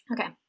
okay